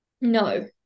no